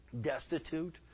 destitute